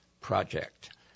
project